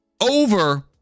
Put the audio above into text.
over